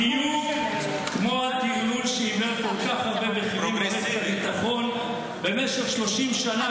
בדיוק כמו הטרלול שעיוור כל כך הרבה בכירים במערכת הביטחון במשך 30 שנה,